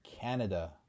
Canada